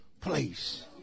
place